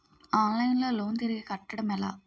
Online లో loan తిరిగి కట్టడం ఎలా?